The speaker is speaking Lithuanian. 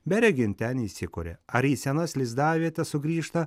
beregint ten įsikuria ar į senas lizdavietes sugrįžta